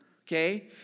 Okay